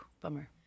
bummer